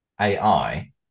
ai